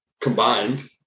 combined